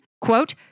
quote